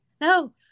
No